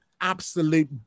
Absolute